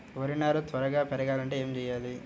వరి నారు త్వరగా పెరగాలంటే ఏమి చెయ్యాలి?